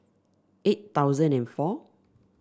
eight thousand and four